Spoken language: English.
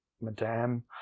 Madame